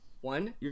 one